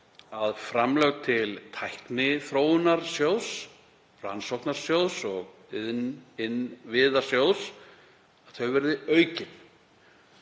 að framlög til Tækniþróunarsjóðs, Rannsóknarsjóðs og Innviðasjóðs verði aukin